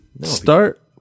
start